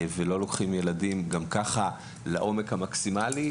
וגם ככה לא לוקחים ילדים לעומק המקסימאלי.